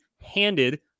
handed